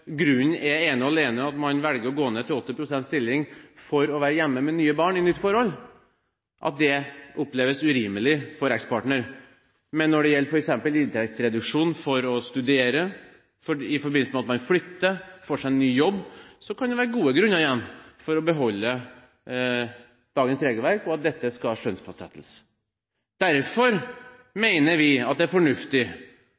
grunnen for å gå ned til 80 pst. stilling ene og alene er å være hjemme med nye barn i nytt forhold, kan det oppleves urimelig for ekspartneren. Men når det f.eks. gjelder inntektsreduksjon for å studere, i forbindelse med at man flytter eller får seg ny jobb, kan det være gode grunner for å beholde dagens regelverk, og at bidraget skal skjønnsfastsettes. Derfor